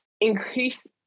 increase